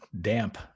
damp